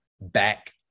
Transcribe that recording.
back